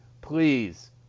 please